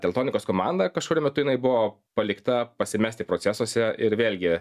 teltonikos komanda kažkuriuo metu jinai buvo palikta pasimesti procesuose ir vėlgi